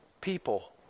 people